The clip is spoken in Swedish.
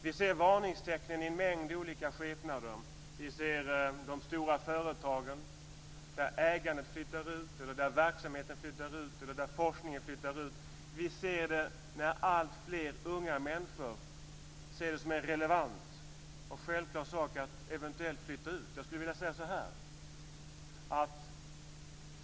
Vi ser varningstecknen i en mängd olika skepnader. Vi ser de stora företagen där ägandet, verksamheten eller forskningen flyttar ut. Vi ser att alltfler unga människor ser det som relevant och självklart att eventuellt flytta ut.